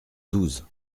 douze